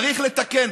צריך לתקן.